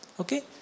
Okay